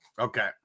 Okay